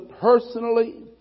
personally